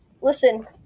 Listen